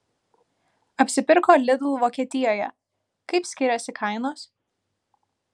apsipirko lidl vokietijoje kaip skiriasi kainos